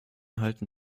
halten